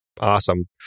Awesome